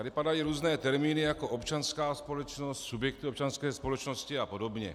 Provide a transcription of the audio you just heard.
Tady padají různé termíny jako občanská společnost, subjekty občanské společnosti apod.